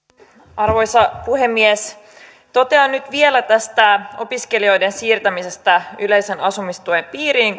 arvoisa puhemies totean nyt vielä tästä opiskelijoiden siirtämisestä yleisen asumistuen piiriin